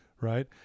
Right